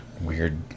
weird